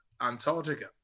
Antarctica